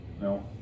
No